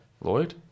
Lloyd